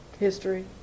History